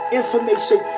information